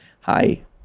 Hi